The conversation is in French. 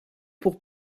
pour